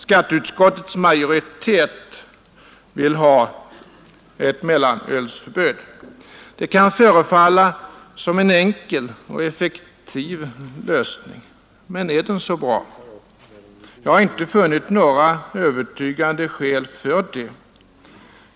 Skatteutskottets majoritet vill ha ett mellanölsförbud. Det kan förefalla som en enkel och effektiv lösning. Men är den så bra? Jag har inte funnit några övertygande skäl för ett sådant förbud.